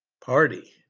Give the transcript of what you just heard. Party